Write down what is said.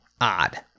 odd